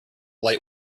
light